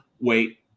wait